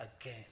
again